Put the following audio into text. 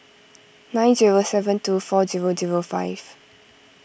nine zero seven two four zero zero five